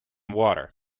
water